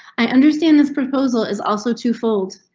i understand this proposal is also to fold.